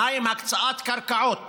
2. הקצאת קרקעות